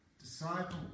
Disciple